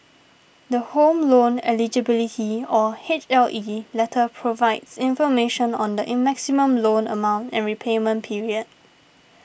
the Home Loan Eligibility or H L E letter provides information on the in maximum loan amount and repayment period